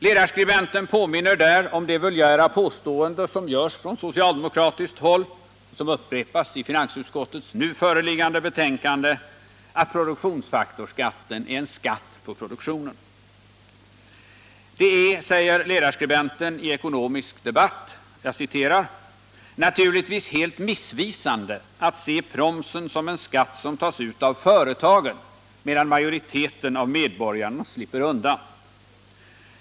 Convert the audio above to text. Ledarskribenten påminner där om det vulgära påstående som görs från socialdemokratiskt håll och som upprepas i finansutskottets nu föreliggande betänkande, att produktionsfaktorsskatten är en skatt på produktionen. Det är, säger ledarskribenten i Ekonomisk Debatt, ”naturligtvis helt missvisande att se promsen som en skatt som tas ut av företagen medan majoriteten av medborgarna slipper undan”.